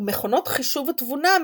ו"מכונות חישוב ותבונה",